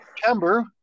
September